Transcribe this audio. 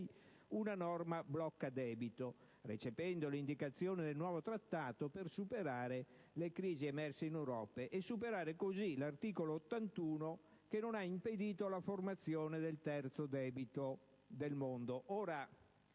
una norma blocca-debito, recependo l'indicazione del nuovo Trattato per superare le crisi emerse in Europa e superare così l'articolo 81 della Costituzione, che non ha impedito la formazione del terzo debito del mondo.